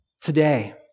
today